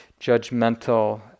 judgmental